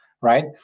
Right